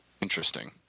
Interesting